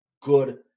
good